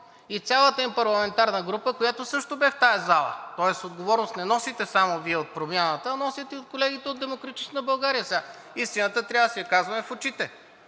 и цялата им парламентарна група, която също бе в тази зала. Тоест отговорност не носите само Вие от Промяната, а носят и колегите от „Демократична България“. Истината трябва да си я казваме в очите.